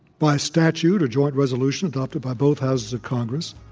by a statute or joint resolution adopted by both houses of congress,